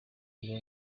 yiga